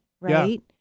Right